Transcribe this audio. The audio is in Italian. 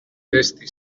testi